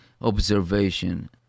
observation